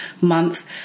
month